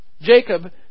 Jacob